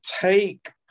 take